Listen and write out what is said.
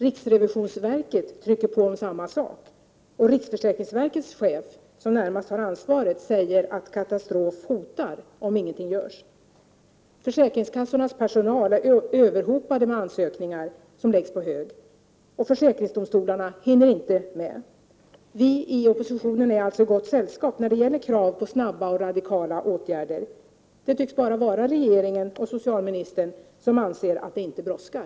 Riksrevisionsverket tryckte på om samma sak, och riksförsäkringsverkets chef, som närmast har ansvaret, säger att katastrof hotar om ingenting görs. Försäkringskassans personal är överhopad med ansökningar som läggs på hög, och försäkringsdomstolarna hinner inte med. Vii oppositionen är alltså i gott sällskap när det gäller krav på snabba och radikala åtgärder. Det tycks vara bara regeringen och socialministern som anser att det inte brådskar.